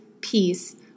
peace